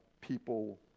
people